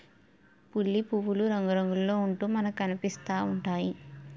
పులి పువ్వులు రంగురంగుల్లో ఉంటూ మనకనిపిస్తా ఉంటాయి